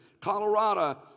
Colorado